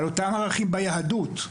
על אותם ערכים מהיהדות.